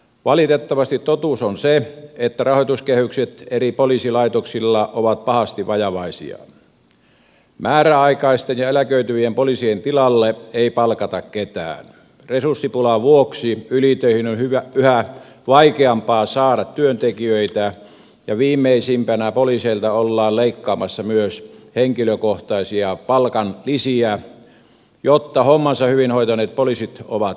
valitettavasti totuus on se että rahoituskehykset eri poliisilaitoksilla ovat pahasti vajavaisia määräaikaisten ja eläköityvien poliisien tilalle ei palkata ketään resurssipulan vuoksi ylitöihin on yhä vaikeampaa saada työntekijöitä ja viimeisimpänä poliiseilta ollaan leikkaamassa myös henkilökohtaisia palkanlisiä joita hommansa hyvin hoita neet poliisit ovat saaneet